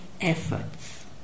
efforts